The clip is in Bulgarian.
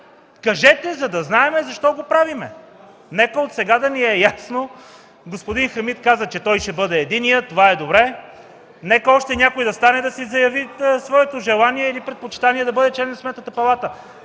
Кажете, за да знаем защо го правим! Нека отсега да ни е ясно. Господин Хамид каза, че той ще бъде единият, това е добре. Нека и още някой да стане и да заяви своето желание или предпочитание да бъде член на Сметната палата.